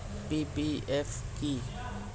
PPF কি?